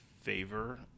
favor